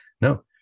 no